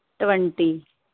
twenty